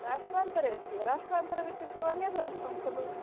राष्ट्रान्तरे अस्ति वा राष्ट्रान्तरमित्युक्तवान् अन्यत् राष्ट्रं खलु